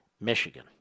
Michigan